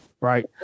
right